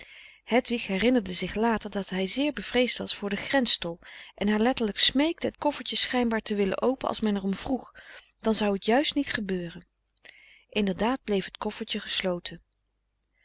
hedwig herinnerde zich later dat hij zeer bevreesd was voor den grens tol en haar letterlijk smeekte het koffertje schijnbaar te willen openen als men er om vroeg dan zou t juist niet gebeuren inderdaad bleef het koffertje gesloten